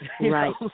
right